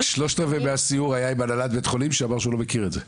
שלושת רבעי מהסיור היה עם הנהלת בית חולים שהוא אמר שהוא לא מכיר את זה,